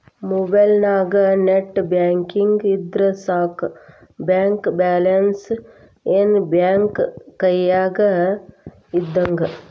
ಮೊಬೈಲ್ನ್ಯಾಗ net banking ಇದ್ರ ಸಾಕ ಬ್ಯಾಂಕ ಬ್ಯಾಲೆನ್ಸ್ ಏನ್ ಬ್ಯಾಂಕ ಕೈಯ್ಯಾಗ ಇದ್ದಂಗ